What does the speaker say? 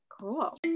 cool